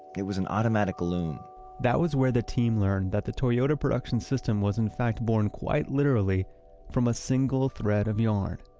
it was an automatic loom that was where the team learned that the yeah but production system was in fact born quite literally from a single thread of yarn.